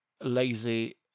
lazy